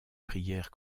prières